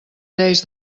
lleis